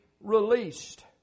released